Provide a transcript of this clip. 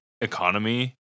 economy